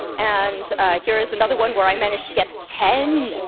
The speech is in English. and here is another one where i managed to get ten,